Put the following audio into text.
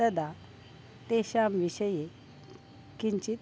तदा तेषां विषये किञ्चित्